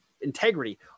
integrity